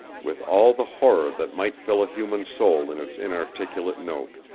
with all the horror that might fill a human soul in its inarticulate note.